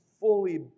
fully